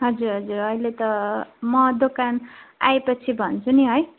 हजुर हजुर अहिले त म दोकान आएपछि भन्छु नि है